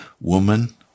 Woman